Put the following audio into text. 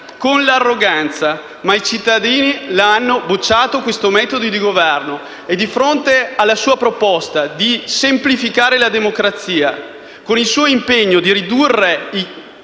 con l'arroganza. Ma i cittadini hanno bocciato questo metodo di governo. E, di fronte alla sua proposta di semplificare la democrazia con il suo impegno di ridurre i